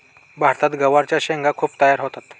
भारतात गवारच्या शेंगा खूप तयार होतात